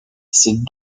ces